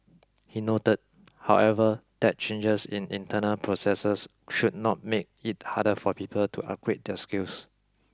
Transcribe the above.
he noted however that changes in internal processes should not make it harder for people to upgrade their skills